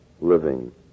living